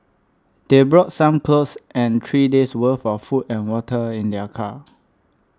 they brought some clothes and three days' worth of food and water in their car